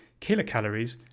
kilocalories